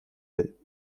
will